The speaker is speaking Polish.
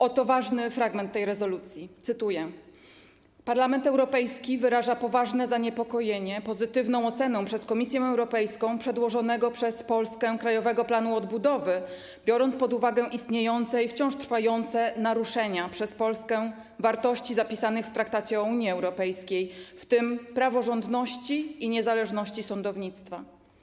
Oto ważny fragment tej rezolucji, cytuję: Parlament Europejski wyraża poważne zaniepokojenie pozytywną oceną przez Komisję Europejską przedłożonego przez Polskę Krajowego Planu Odbudowy, biorąc pod uwagę istniejące i wciąż trwające naruszenia przez Polskę wartości zapisanych w Traktacie o Unii Europejskiej, w tym praworządności i niezależności sądownictwa.